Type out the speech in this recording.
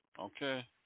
Okay